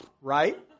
Right